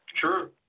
Sure